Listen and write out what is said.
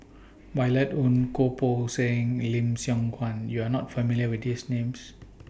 Violet Oon Goh Poh Seng and Lim Siong Guan YOU Are not familiar with These Names